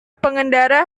pengendara